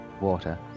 Water